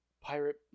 pirate